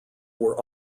were